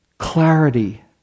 Clarity